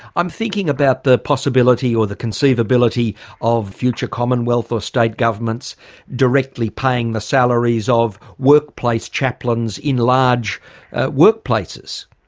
i'm thinking about the possibility or the conceivability of future commonwealth or state governments directly paying the salaries of workplace chaplains in large workplaces.